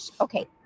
okay